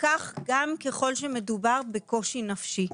כך גם ככל שמדובר בקושי נפשי.